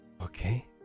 Okay